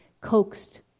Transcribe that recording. coaxed